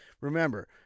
Remember